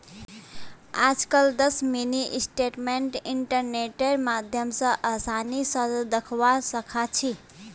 आजकल दस mini statement इन्टरनेटेर माध्यम स आसानी स दखवा सखा छी